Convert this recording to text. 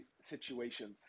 situations